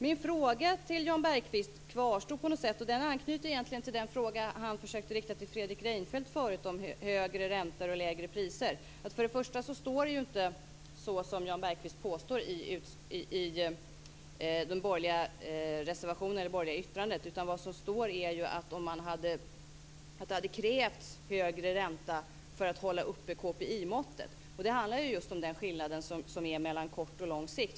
Min fråga till Jan Bergqvist kvarstår, och den anknyter egentligen till den fråga som han försökte rikta till Fredrik Reinfeldt tidigare om högre räntor och lägre priser. Först och främst står inte det som Jan Bergqvist påstår i det borgerliga yttrandet, utan vad som står är ju att det hade krävts högre ränta för att hålla uppe KPI-måttet. Det handlar just om den skillnaden som är mellan kort och lång sikt.